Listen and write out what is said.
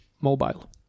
mobile